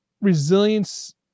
resilience